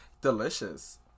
Delicious